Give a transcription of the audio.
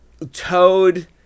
Toad